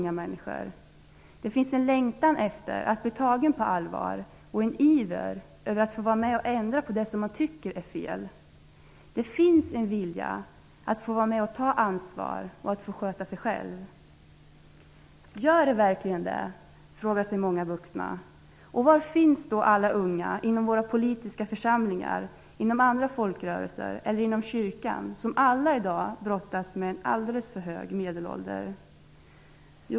Det finns en längtan efter att bli tagen på allvar och en iver att få vara med och ändra på det som de tycker är fel. Det finns en vilja att vara med och ta ansvar och att sköta sig själv. Många vuxna frågar sig om det verkligen gör det. Var finns då alla unga inom våra politiska församlingar, inom andra folkrörelser eller inom kyrkan? Alla dessa brottas i dag med en alldeles för hög medelålder.